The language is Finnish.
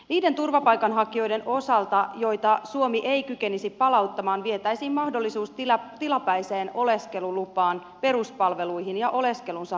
niiden turvapaikanhakijoiden osalta joita suomi ei kykenisi palauttamaan vietäisiin mahdollisuus tilapäiseen oleskelulupaan peruspalveluihin ja oleskelun virallistamiseen